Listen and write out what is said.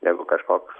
negu kažkoks